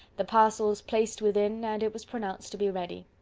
the parcels placed within, and it was pronounced to be ready.